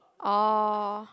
oh